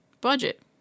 budget